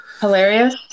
hilarious